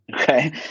Okay